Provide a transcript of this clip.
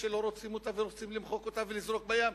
שלא רוצים אותה ורוצים למחוק אותה ולזרוק אותה לים.